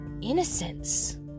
innocence